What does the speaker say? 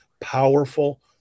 powerful